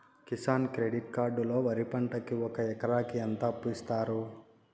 Kisan credit card లో వరి పంటకి ఒక ఎకరాకి ఎంత అప్పు ఇస్తారు?